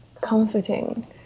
comforting